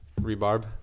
Rebarb